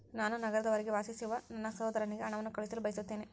ನಾನು ನಗರದ ಹೊರಗೆ ವಾಸಿಸುವ ನನ್ನ ಸಹೋದರನಿಗೆ ಹಣವನ್ನು ಕಳುಹಿಸಲು ಬಯಸುತ್ತೇನೆ